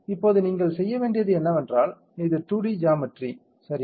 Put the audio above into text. இப்போது நீங்கள் செய்ய வேண்டியது என்னவென்றால் இது 2D ஜாமெட்ரி சரி